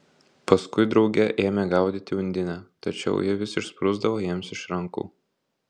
paskui drauge ėmė gaudyti undinę tačiau ji vis išsprūsdavo jiems iš rankų